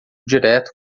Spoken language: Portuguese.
direto